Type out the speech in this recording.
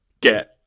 get